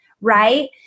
right